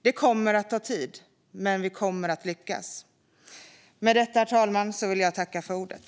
Det kommer att ta tid, men vi kommer att lyckas. Med detta, herr talman, vill jag tacka för ordet.